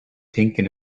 thinking